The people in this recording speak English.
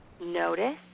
Notice